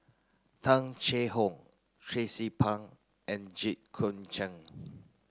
Tung Chye Hong Tracie Pang and Jit Koon Ch'ng